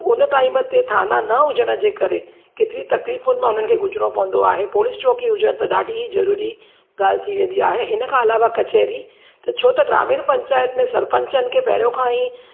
उन टाइम ते थाना न हुजण जे करे केतिरी तकलीफ़ुनि मां हुननि खे गुज़रिणो पवंदो आहे पुलिस चौकी हुजणु त ॾाढी ई ज़रूरी ॻाल्हि थी वेंदी आहे ऐं इन खां अलावा कचहरी त छो त ग्रामीण पंचायत में सरपंच खे पहिरियों खां ई